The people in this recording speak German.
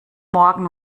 morgen